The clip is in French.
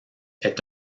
est